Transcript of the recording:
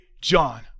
John